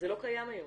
זה לא קיים היום.